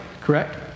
Correct